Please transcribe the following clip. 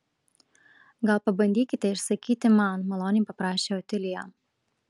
gal pabandykite išsakyti man maloniai paprašė otilija